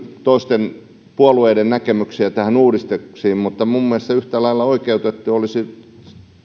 toisten puolueiden näkemyksiä tähän uudistukseen mutta minun mielestäni yhtä lailla oikeutettua olisi